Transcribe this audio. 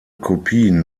kopien